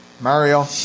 Mario